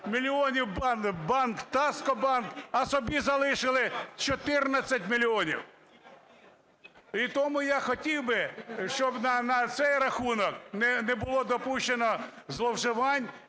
мільйонів у "Таскомбанк", а собі залишили 14 мільйонів. І тому я хотів би, щоб на цей рахунок не було допущено зловживань,